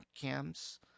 cams